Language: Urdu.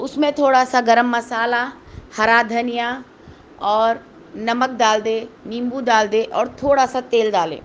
اس میں تھوڑا سا گرم مصالحہ ہرا دھنیا اور نمک ڈال دے نیبو ڈال دے اور تھوڑا سا تیل ڈالیں